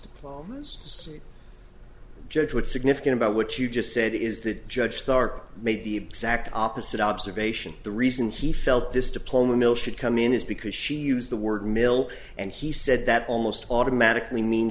plumbers judge what significant about what you just said is that judge clark made the exact opposite observation the reason he felt this diploma mill should come in is because she used the word milk and he said that almost automatically mean